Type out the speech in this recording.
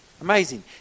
Amazing